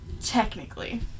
Technically